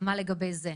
מה לגבי זה?